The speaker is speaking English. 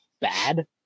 bad